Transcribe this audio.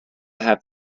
have